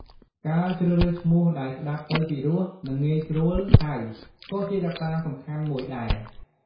ការជ្រើសរើសឈ្មោះដែលស្តាប់ទៅពីរោះ និង ងាយស្រួលហៅ ក៏ជាកត្តាសំខាន់មួយដែរ។